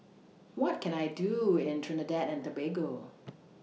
What Can I Do in Trinidad and Tobago